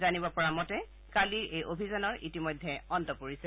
জানিব পৰা মতে কালিৰ এই অভিযানৰ ইতিমধ্যে অন্ত পৰিছে